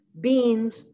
beans